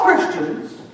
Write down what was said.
Christians